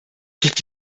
gibt